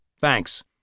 Thanks